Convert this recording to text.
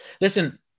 listen